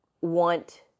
want